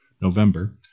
November